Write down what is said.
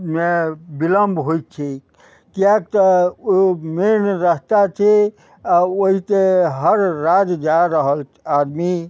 मे बिलम्ब होइत छैक किएक कि तऽ ओ मेन रस्ता छै आओर ओहिके हर राज्य जा रहल आदमी